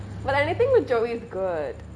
but anything with joey is good